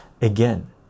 again